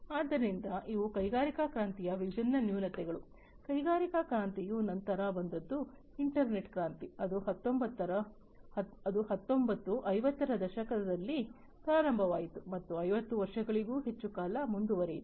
ಆದ್ದರಿಂದ ಇವು ಕೈಗಾರಿಕಾ ಕ್ರಾಂತಿಯ ವಿಭಿನ್ನ ನ್ಯೂನತೆಗಳು ಕೈಗಾರಿಕಾ ಕ್ರಾಂತಿಯ ನಂತರ ಬಂದದ್ದು ಇಂಟರ್ನೆಟ್ ಕ್ರಾಂತಿ ಅದು ಹತ್ತೊಂಬತ್ತು 50ರ ದಶಕದಲ್ಲಿ ಪ್ರಾರಂಭವಾಯಿತು ಮತ್ತು 50 ವರ್ಷಗಳಿಗೂ ಹೆಚ್ಚು ಕಾಲ ಮುಂದುವರೆಯಿತು